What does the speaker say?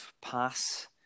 Pass